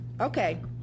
okay